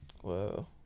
Whoa